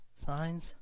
signs